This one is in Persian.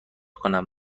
کنم